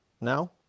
Now